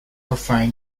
refrain